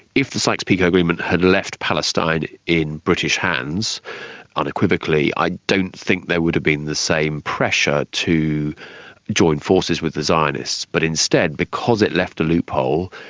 if the sykes-picot agreement had left palestine in british hands unequivocally, i don't think there would have been the same pressure to join forces with the zionists. but instead because it left a loophole,